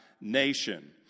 nation